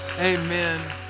Amen